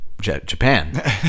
Japan